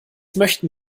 möchten